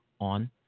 on